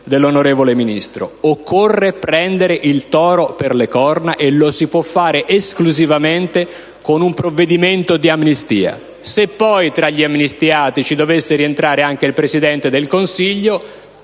dell'onorevole Ministro. Occorre prendere il toro per le corna e lo si può fare esclusivamente con un provvedimento di amnistia. Se poi tra gli amnistiati ci dovesse rientrare anche il Presidente del Consiglio,